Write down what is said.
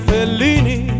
Fellini